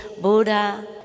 Buddha